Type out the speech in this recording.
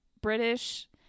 British